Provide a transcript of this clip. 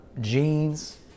jeans